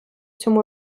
цьому